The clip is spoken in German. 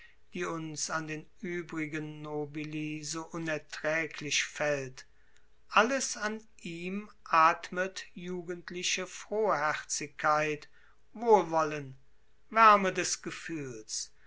die uns an den übrigen nobili so unerträglich fällt alles an ihm atmet jugendliche frohherzigkeit wohlwollen wärme des gefühls